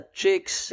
chicks